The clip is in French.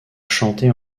chanté